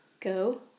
go